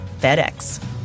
FedEx